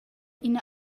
ina